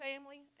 family